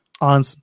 on